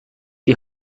the